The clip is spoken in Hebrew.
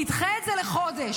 נדחה את זה לחודש,